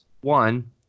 one